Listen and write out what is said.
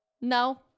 No